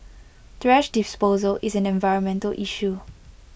thrash disposal is an environmental issue